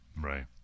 Right